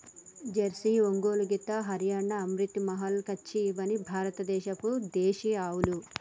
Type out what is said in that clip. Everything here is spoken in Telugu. జెర్సీ, ఒంగోలు గిత్త, హరియాణా, అమ్రిత్ మహల్, కచ్చి ఇవ్వని భారత దేశపు దేశీయ ఆవులు